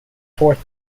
fourth